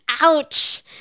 ouch